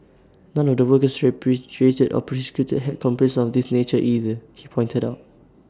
none of the workers repatriated or prosecuted had complaints of this nature either he pointed out